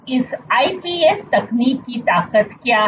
इस iPS तकनीक की ताकत क्या है